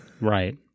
Right